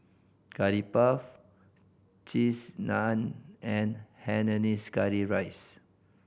Curry Puff Cheese Naan and hainanese curry rice